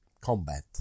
Combat